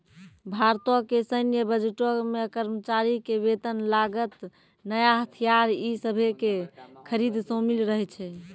भारतो के सैन्य बजटो मे कर्मचारी के वेतन, लागत, नया हथियार इ सभे के खरीद शामिल रहै छै